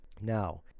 Now